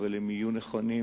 אבל הם יהיו נכונים,